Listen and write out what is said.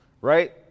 right